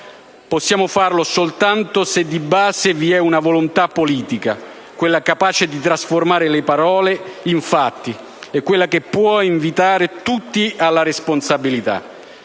Possiamo farlo soltanto se alla base vi è una volontà politica: quella capace di trasformare le parole in fatti e quella che può invitare tutti alla responsabilità.